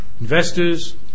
Investors